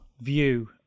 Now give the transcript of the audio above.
view